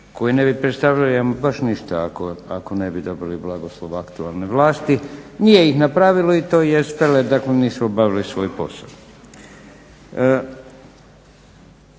koji ne bi predstavljali ama baš ništa ako ne bi dobili blagoslov aktualne vlasti, nije ih napravilo i to jest, dakle nisu obavili svoj posao.